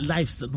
Lives